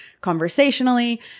conversationally